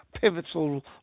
pivotal